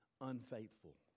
unfaithful